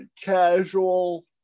casual